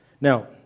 Now